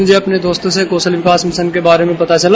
मुझे अपने दोस्तों से कौशल विकास मिशन के बारे में पता चला